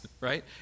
right